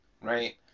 right